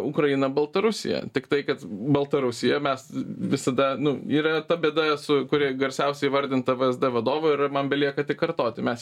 ukraina baltarusija tiktai kad baltarusija mes visada nu yra ta bėda su kuri garsiausiai įvardinta vsd vadovo ir man belieka tik kartoti mes